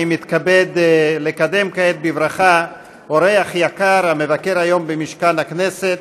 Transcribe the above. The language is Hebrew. אני מתכבד לקדם כעת בברכה אורח יקר המבקר היום במשכן הכנסת,